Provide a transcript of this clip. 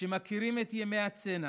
שמכירים את ימי הצנע,